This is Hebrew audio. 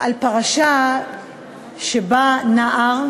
על פרשה שבה נער